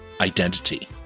identity